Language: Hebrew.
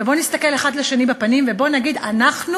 ובואו נסתכל האחד לשני בפנים ובואו נגיד: אנחנו